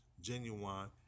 Genuine